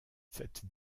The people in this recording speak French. cette